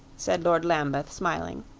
said lord lambeth, smiling.